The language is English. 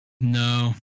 No